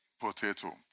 potato